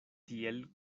tiel